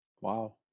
Wow